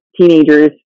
teenagers